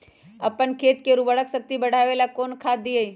अपन खेत के उर्वरक शक्ति बढावेला कौन खाद दीये?